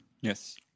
Yes